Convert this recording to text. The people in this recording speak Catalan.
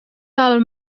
del